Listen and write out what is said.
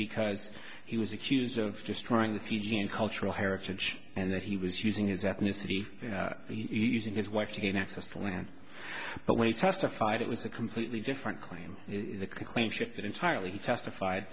because he was accused of destroying the fijian cultural heritage and that he was using his ethnicity using his wife to gain access to land but when he testified it was a completely different claim the claim shifted entirely he testified